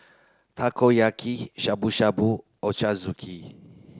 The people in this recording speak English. Takoyaki Shabu Shabu Ochazuke